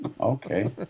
Okay